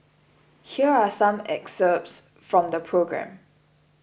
here are some excerpts from the programme